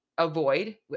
avoid